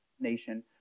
nation